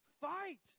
Fight